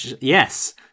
yes